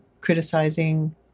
criticizing